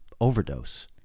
overdose